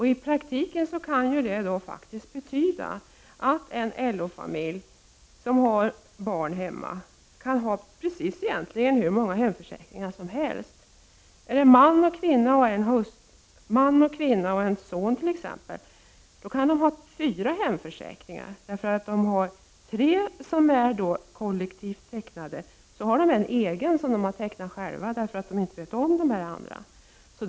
I praktiken kan det faktiskt betyda att en LO-familj som har barn hemma kan ha nästan hur många hemförsäkringar som helst. Exempelvis kan en man, en kvinna och deras son ha fyra hemförsäkringar: tre som är kollektivt tecknade och en egen, som de har tecknat själva därför att de inte vet om de andra.